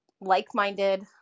like-minded